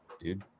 dude